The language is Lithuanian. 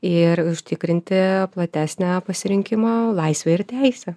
ir užtikrinti platesnę pasirinkimo laisvę ir teisę